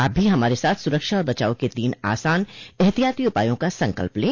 आप भी हमारे साथ सुरक्षा और बचाव के तीन आसान एहतियाती उपायों का संकल्प लें